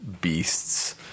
beasts